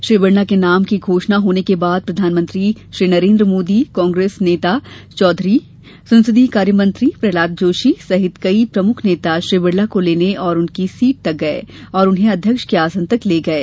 श्री बिडला के नाम की घोषणा होने के बाद प्रधानमंत्री श्री नरेन्द्र मोदी कांग्रेस नेता श्री चौधरी संसदीय कार्यमंत्री प्रहलाद जोशी सहित कई प्रमुख नेता श्री बिड़ला को लेने उनकी सीट तक गये और उन्हें अध्यक्ष के आसन तक लाये